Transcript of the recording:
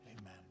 amen